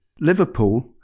Liverpool